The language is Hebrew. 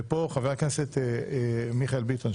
ופה חבר הכנסת מיכאל ביטון,